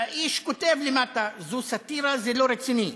והאיש כותב למטה: זו סאטירה, זה לא רציני.